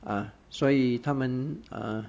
uh 所以他们 uh